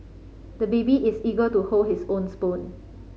the baby is eager to hold his own spoon